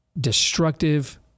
destructive